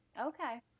okay